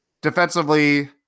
defensively